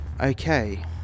Okay